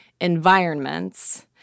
environments